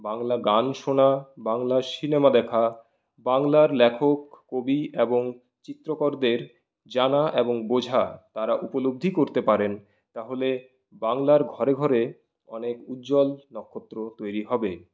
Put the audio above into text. বাংলা গান শোনা বাংলা সিনেমা দেখা বাংলার লেখক কবি এবং চিত্রকরদের জানা এবং বোঝা তারা উপলব্ধি করতে পারেন তাহলে বাংলার ঘরে ঘরে অনেক উজ্জ্বল নক্ষত্র তৈরি হবে